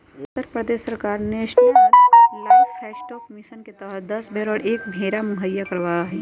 उत्तर प्रदेश सरकार national livestock mission के तहद दस भेंड़ और एक भेंड़ा मुहैया करवावा हई